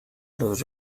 los